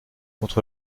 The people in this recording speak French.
contre